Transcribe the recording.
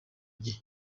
gihe